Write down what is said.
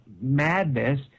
madness